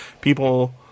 people